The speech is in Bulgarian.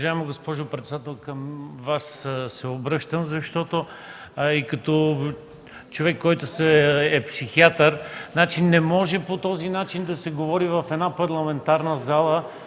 Уважаема госпожо председател, обръщам се към Вас, и като човек, който е психиатър. Не може по този начин да се говори в една парламентарна зала